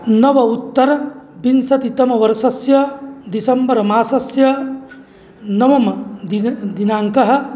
नव उत्तर विंशतितमवर्षस्य दिसम्बर् मासस्य नवम् दिन् दिनाङ्कः